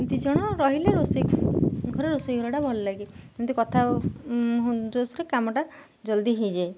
ଦୁଇଜଣ ରହିଲେ ରୋଷେଇ ଘରେ ରୋଷେଇ ଘରଟା ଭଲଲାଗେ ଏମିତି କଥା ହେବା ଜୋସ୍ରେ କାମଟା ଜଲ୍ଦି ହେଇଯାଏ